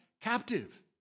captive